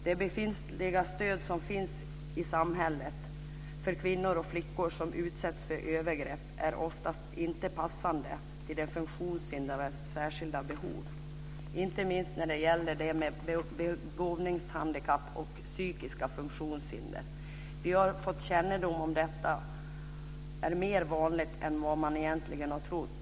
Det stöd som finns i samhället för kvinnor och flickor som utsätts för övergrepp är oftast inte anpassat till de funktionshindrades särskilda behov, inte minst när det gäller de med begåvningshandikapp och psykiska funktionshinder. Vi har fått kännedom om att detta är mer vanligt än vad man egentligen har trott.